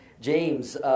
James